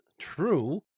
true